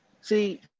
See